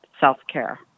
self-care